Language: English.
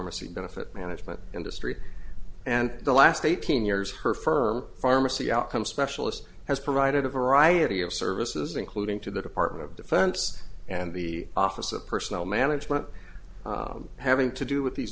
y benefit management industry and the last eighteen years her firm pharmacy outcome specialist has provided a variety of services including to the department of defense and the office of personnel management having to do with these